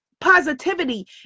positivity